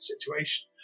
situation